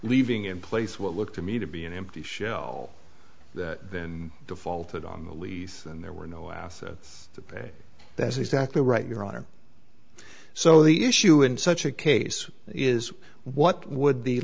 leaving in place what looked to me to be an empty shell that defaulted on the lease and there were no assets to pay that's exactly right your honor so the issue in such a case is what would the